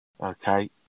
Okay